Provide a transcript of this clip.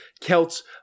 Celts